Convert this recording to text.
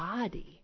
body